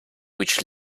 which